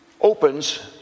opens